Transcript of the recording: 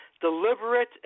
deliberate